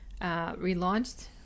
relaunched